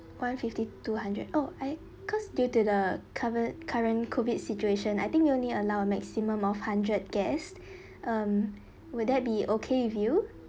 one fifty two hundred oh I cause due to the covi~ current COVID situation I think we only allow a maximum of hundred guests um will that be okay with you